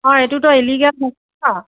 অঁ এইটোতো এলিগেল হয় ন